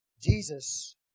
Jesus